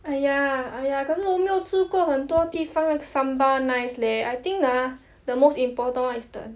!aiya! !aiya! 可是我没有吃过很多地方的 sambal nice leh I think ah the most important [one] is the